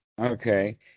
Okay